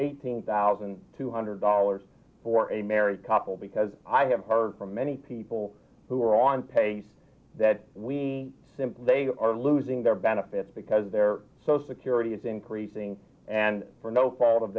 eighteen thousand two hundred dollars for a married couple because i have heard from many people who are on pace that we simply they are losing their benefits because their so security is increasing and for no fault of